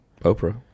Oprah